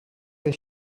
this